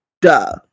duh